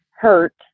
hurt